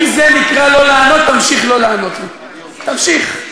אם זה נקרא לא לענות, תמשיך לא לענות לי, תמשיך.